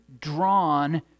drawn